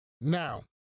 Now